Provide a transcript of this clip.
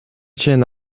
чейин